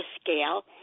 scale